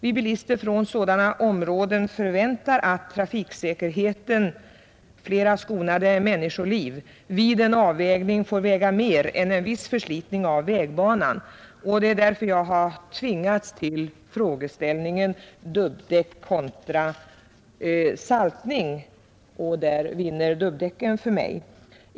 Vi bilister från sådana områden förväntar att trafiksäkerheten — fler skonade människoliv — vid en avvägning får väga tyngre än en viss förslitning av vägbanan. Det är därför jag har tvingats ställa frågan: Dubbdäck eller saltning? Där vinner dubbdäcken för mitt vidkommande.